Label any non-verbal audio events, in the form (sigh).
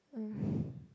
uh (breath)